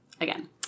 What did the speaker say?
again